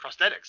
prosthetics